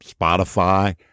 Spotify